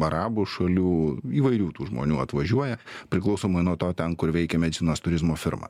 arabų šalių įvairių tų žmonių atvažiuoja priklausomai nuo to ten kur veikia medicinos turizmo firma